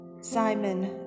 Simon